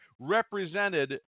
represented